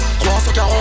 340